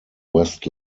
west